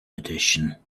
edition